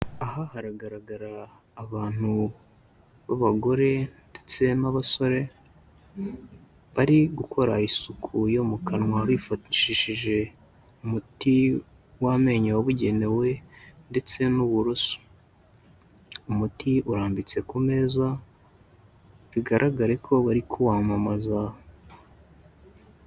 Aha haragaragara abantu b'abagore ndetse n'abasore, bari gukora isuku yo mu kanwa bifashishishije umuti w'amenyo wabugenewe ndetse n'uburoso. Umuti urambitse ku meza bigaragare ko bari kuwamamaza.